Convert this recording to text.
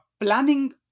planning